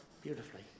beautifully